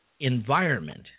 environment